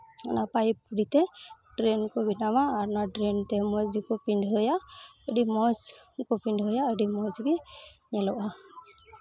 ᱚᱱᱟ ᱯᱟᱭᱤᱯ ᱠᱩᱰᱤ ᱛᱮ ᱰᱨᱮᱱ ᱠᱚ ᱵᱮᱱᱟᱣᱟ ᱟᱨ ᱚᱱᱟ ᱰᱨᱮᱱ ᱛᱮ ᱢᱚᱡᱽ ᱜᱮᱠᱚ ᱯᱤᱰᱷᱟᱹᱭᱟ ᱟᱹᱰᱤ ᱢᱚᱡᱽ ᱜᱮᱠᱚ ᱯᱤᱰᱷᱟᱹᱭᱟ ᱟᱹᱰᱤ ᱢᱚᱡᱽᱜᱮ ᱧᱮᱞᱚᱜᱼᱟ